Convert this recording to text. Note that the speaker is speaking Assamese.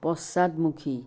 পশ্চাদমুখী